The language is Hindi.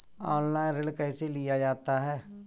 ऑनलाइन ऋण कैसे लिया जाता है?